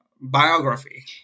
biography